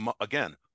again